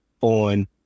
on